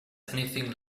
anything